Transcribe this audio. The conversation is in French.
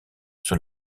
sur